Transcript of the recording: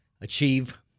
achieve